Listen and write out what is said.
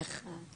נכון.